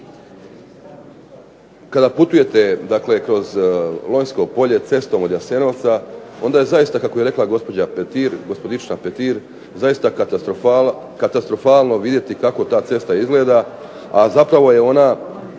kada putujete kroz Lonjsko polje cestom od Jasenovca onda je zaista kako je rekla gospođica Petir zaista katastrofalno vidjeti kako ta cesta izgleda a zapravo je ona